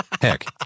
heck